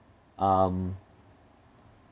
um